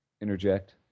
Interject